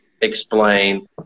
explain